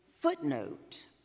footnote